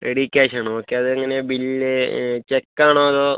ready ക്യാഷാണ് okay അതേപോലെത്തന്നെ bill ചെക്കാണോ അതോ